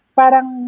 parang